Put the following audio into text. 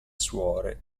suore